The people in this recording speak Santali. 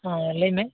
ᱦᱮᱸ ᱞᱟᱹᱭ ᱢᱮ